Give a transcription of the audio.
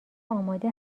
آماده